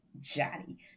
Johnny